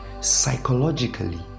Psychologically